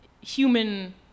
human